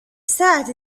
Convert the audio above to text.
الساعة